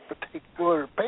particular